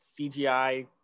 CGI